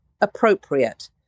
appropriate